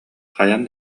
хайаан